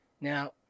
Now